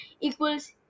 equals